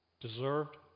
deserved